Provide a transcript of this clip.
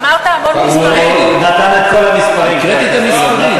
אמרת כל כך הרבה מספרים, אמרת המון מספרים.